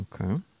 Okay